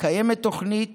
קיימת תוכנית